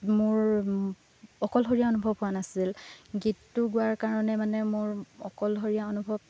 মোৰ অকলশৰীয়া অনুভৱ হোৱা নাছিল গীতটো গোৱাৰ কাৰণে মানে মোৰ অকলশৰীয়া অনুভৱ